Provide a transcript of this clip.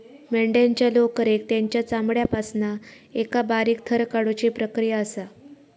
मेंढ्यांच्या लोकरेक तेंच्या चामड्यापासना एका बारीक थर काढुची प्रक्रिया असा